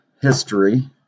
history